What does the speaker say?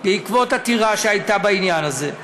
בעקבות עתירה שהייתה בעניין הזה,